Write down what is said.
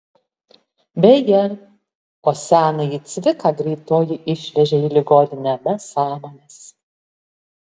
beje o senąjį cviką greitoji išvežė į ligoninę be sąmonės